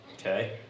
Okay